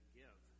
give